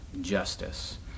justice